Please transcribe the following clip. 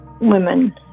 women